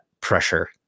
pressure